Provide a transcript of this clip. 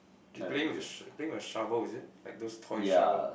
he's playing with a sh~ I think a shovel is it like those toy shovel